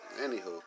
anywho